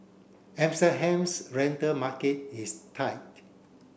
rental market is tight